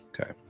Okay